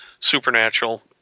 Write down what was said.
supernatural